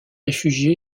réfugié